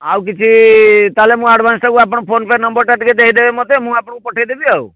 ଆଉ କିଛି ତାହେଲେ ମୁଁ ଆଡ଼ଭାନ୍ସଟା କୁ ଆପଣଙ୍କ ଫୋନ୍ ପେ ନମ୍ବର୍ ଟା ଟିକିଏ ଦେଇଦେବେ ମୋତେ ମୁଁ ଆପଣଙ୍କୁ ପଠେଇଦେବି ଆଉ